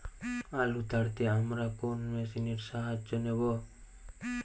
আলু তাড়তে আমরা কোন মেশিনের সাহায্য নেব?